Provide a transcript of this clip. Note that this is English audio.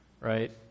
Right